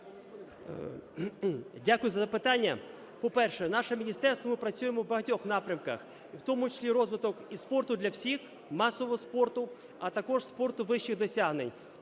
Дякую за запитання. По-перше, наше міністерство, ми працюємо в багатьох напрямках, в тому числі і розвиток і спорту для всіх, масового спорту, а також спорту вищих досягнень.